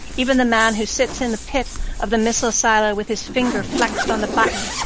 even the man who sits in the pit of the missile silo with his finger flexed on the button,